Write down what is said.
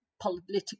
political